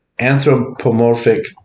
anthropomorphic